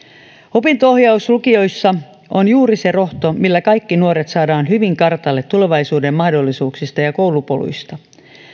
opinto ohjaus lukioissa on juuri se rohto millä kaikki nuoret saadaan hyvin kartalle tulevaisuuden mahdollisuuksista ja koulupoluista